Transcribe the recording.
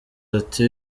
ati